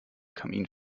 kamin